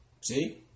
See